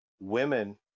women